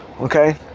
Okay